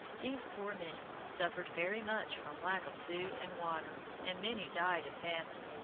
these poor men suffered very much from lack of food and water, and many died of famine.